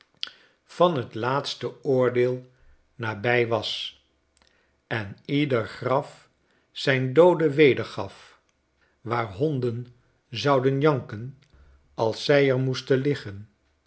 van tlaatste new-york oordeel nabij was en ieder graf zijn doode wedergaf waar honden zouden janken als zij er moesten liggen